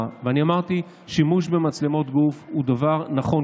ואמרתי: שימוש במצלמות גוף הוא דבר נכון,